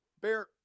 Bear